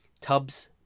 tubs